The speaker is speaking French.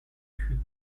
cultes